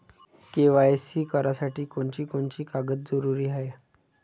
KYC करासाठी कोनची कोनची कागद जरुरी हाय?